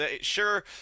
sure